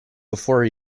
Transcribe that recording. before